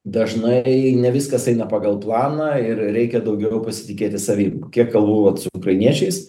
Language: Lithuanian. dažnai ne viskas eina pagal planą ir reikia daugiau pasitikėti savim kiek kalbu vat su ukrainiečiais